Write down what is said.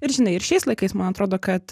ir žinai ir šiais laikais man atrodo kad